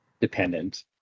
dependent